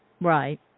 Right